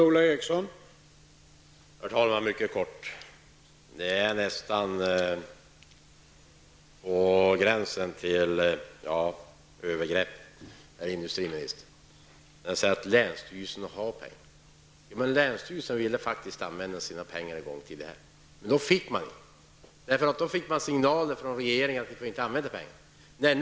Herr talman! Det är nästan på gränsen till övergrepp, herr industriminister, att säga att länsstyrelserna har pengar. Länsstyrelserna ville använda sina pengar till detta ändamål. Men då fick de inte det. Då kom det signaler från regeringen att pengarna inte fick användas på detta sätt.